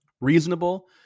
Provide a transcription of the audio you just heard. reasonable